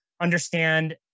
understand